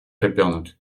ребенок